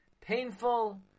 painful